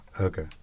Okay